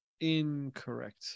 Incorrect